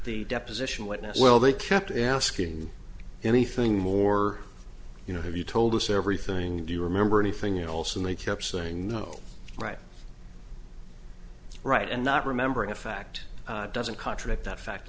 the deposition what now well they kept asking anything more you know have you told us everything do you remember anything else and they kept saying no right right and not remembering a fact doesn't contradict that fact